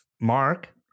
Mark